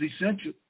essential